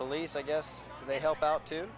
police i guess they help out to